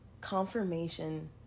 confirmation